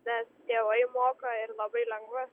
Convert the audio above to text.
nes tėvai moka ir labai lengva